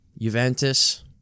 Juventus